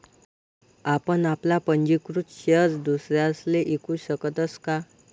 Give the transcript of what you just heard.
आपण आपला पंजीकृत शेयर दुसरासले ईकू शकतस का?